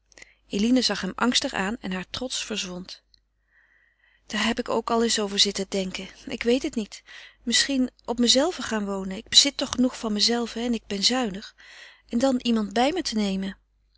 eline zag hem angstig aan en haar trots verzwond daar heb ik ook al eens over zitten denken ik weet het niet misschien op mezelve gaan wonen ik bezit toch genoeg van mezelve en ik ben zuinig en dan iemand bij me te nemen